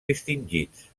distingits